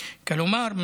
כלומר,